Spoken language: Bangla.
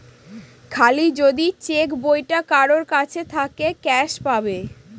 খালি যদি চেক বইটা কারোর কাছে থাকে ক্যাস পাবে